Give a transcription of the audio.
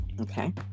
okay